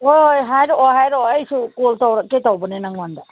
ꯍꯣꯏ ꯍꯥꯏꯔꯛꯑꯣ ꯍꯥꯏꯔꯛꯑꯣ ꯑꯩꯁꯨ ꯀꯣꯜ ꯇꯧꯔꯛꯀꯦ ꯇꯧꯕꯅꯦ ꯅꯉꯣꯟꯗ